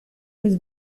was